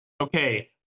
Okay